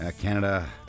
Canada